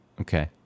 Okay